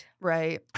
Right